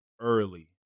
early